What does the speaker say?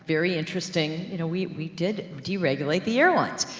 very interesting. you know, we did deregulate the airlines,